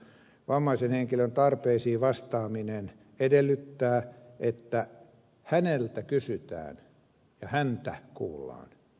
vammaisen henkilön tarpeisiin vastaaminen edellyttää että häneltä kysytään ja häntä kuullaan